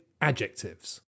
adjectives